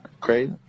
Great